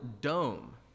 dome